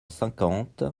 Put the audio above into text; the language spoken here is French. cinquante